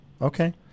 okay